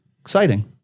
exciting